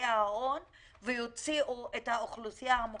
בפנאי ובדברים נוספים חייבים לייצר תקצוב דיפרנציאלי לשלטון המקומי.